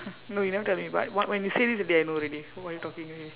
no you never tell me but what when you say this already I know already what you talking already